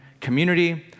community